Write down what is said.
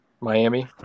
Miami